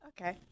Okay